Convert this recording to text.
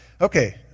Okay